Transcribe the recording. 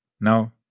Now